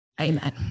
Amen